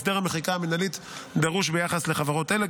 והסדר המחיקה המינהלית דרוש ביחס לחברות האלה